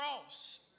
cross